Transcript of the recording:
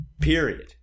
period